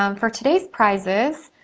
um for today's prizes,